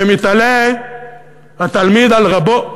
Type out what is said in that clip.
ומתעלה התלמיד על רבו.